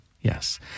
Yes